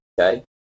okay